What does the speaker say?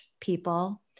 people